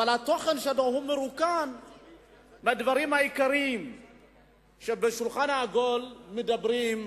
אבל התוכן שלו מרוקן מהדברים העיקריים שעליהם מדברים,